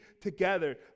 together